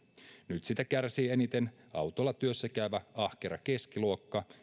nyt siitä kärsii eniten autolla työssä käyvä ahkera keskiluokka